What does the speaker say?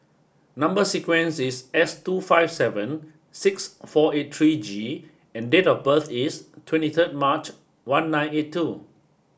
number sequence is S two five seven six four eight three G and date of birth is twenty third March one nine eighty two